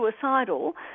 suicidal